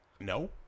No